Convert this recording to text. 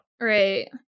Right